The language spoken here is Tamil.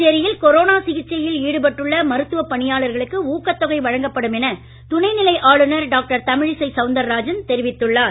புதுச்சேரியில் கொரோனா சிகிச்சையில்ஈடுபட்டுள்ள மருத்துவப் பணியாளர்களுக்கு ஊக்கத்தொகை வழங்கப்படும் என துணை நிலை ஆளுனர் டாக்டர் தமிழிசை சவுந்தரராஜன் தெரிவித்துள்ளார்